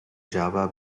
java